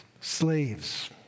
slaves